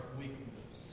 weakness